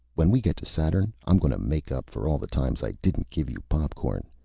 when we get to saturn, i'm gonna make up for all the times i didn't give you pop-corn.